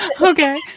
Okay